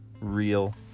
real